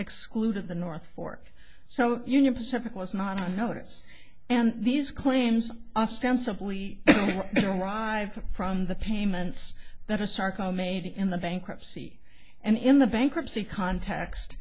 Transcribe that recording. excluded the north fork so union pacific was not to notice and these claims ostensibly arrive from the payments that asarco made in the bankruptcy and in the bankruptcy context